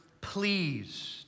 pleased